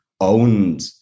owned